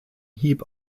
hieb